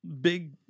big